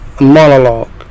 monologue